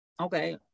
okay